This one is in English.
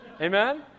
Amen